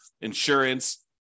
insurance